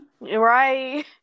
Right